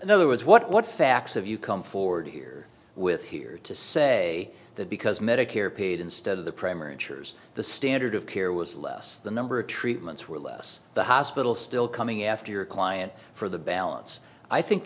in other words what facts have you come forward here with here to say that because medicare paid instead of the primary insurers the standard of care was less the number of treatments were less the hospital still coming after your client for the balance i think